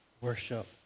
worship